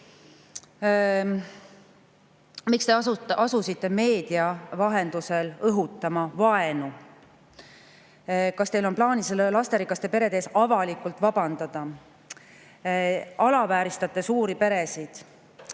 "Miks te asusite meedia vahendusel õhutama vaenu [‑‑‑]? Kas teil on plaanis lasterikaste perede ees avalikult vabandada [‑‑‑]?[‑‑‑] alavääristate suuri peresid